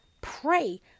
pray